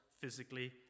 physically